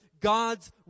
god's